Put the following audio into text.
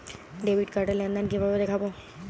Debit card র লেনদেন কিভাবে দেখবো?